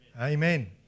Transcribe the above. Amen